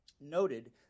noted